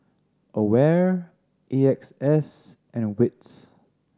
AWARE A X S and wits